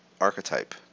archetype